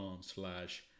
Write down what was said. slash